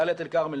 דלית אל כרמל,